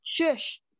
Shush